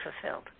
fulfilled